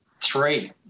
three